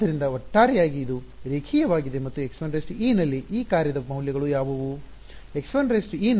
ಆದ್ದರಿಂದ ಒಟ್ಟಾರೆಯಾಗಿ ಇದು ರೇಖೀಯವಾಗಿದೆ ಮತ್ತು x1e ನಲ್ಲಿ ಈ ಕಾರ್ಯದ ಮೌಲ್ಯಗಳು ಯಾವುವು x1e ನಲ್ಲಿ x ನಲ್ಲಿ ಈ ಕಾರ್ಯದ ಮೌಲ್ಯ ಏನು